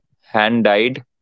hand-dyed